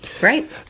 right